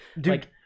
Dude